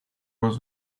was